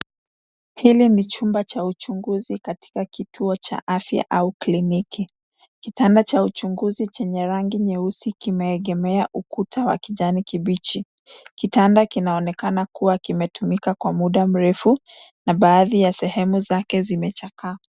Hili ni chumba cha uchunguzi ,katika kituo cha afya au kliniki. Kitanda cha uchunguzi chenye rangi nyeusi kimeegemea ukuta wa kijani kibichi. Kitanda kinaonekana kuwa kimetumika kwa muda mrefu, na baadhi ya sehemu zake zimechakaa.